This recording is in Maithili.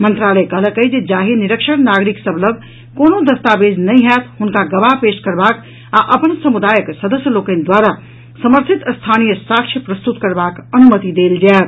मंत्रालय कहलक अछि जे जाहि निरक्षर नागरिक सभ लऽग कोनो दस्तावेज नहि होयत हुनका गवाह पेश करबाक आ अपन समुदायक सदस्य लोकनि द्वारा समर्थित स्थानीय साक्ष्य प्रस्तुत करबाक अनुमति देल जायत